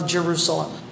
Jerusalem